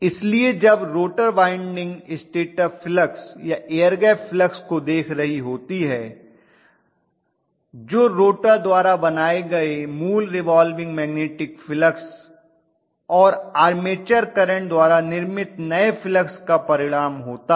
इसलिए जब rotor winding stator flux या एयर गैप फ्लक्स को देख रही होती है जो रोटर द्वारा बनाए गए मूल रिवाल्विंग मैग्नेटिक फील्ड फ्लक्स और आर्मेचर करंट द्वारा निर्मित नए फ्लक्स का परिणाम होता है